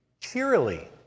cheerily